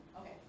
Okay